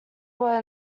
were